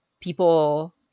people